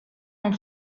nel